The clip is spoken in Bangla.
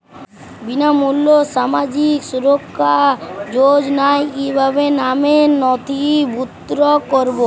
বিনামূল্যে সামাজিক সুরক্ষা যোজনায় কিভাবে নামে নথিভুক্ত করবো?